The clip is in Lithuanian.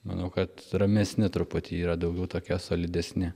manau kad ramesni truputį yra daugiau tokie solidesni